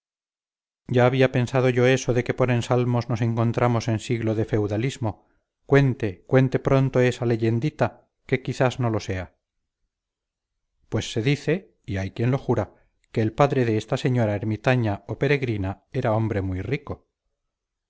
ya había pensado yo eso de que por ensalmos nos encontramos en siglo de feudalismo cuente cuente pronto esa leyendita que quizás no lo sea pues se dice y hay quien lo jura que el padre de esta señora ermitaña o peregrina era hombre muy rico